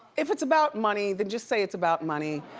if it's about money then just say it's about money.